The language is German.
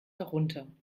herunter